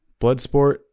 Bloodsport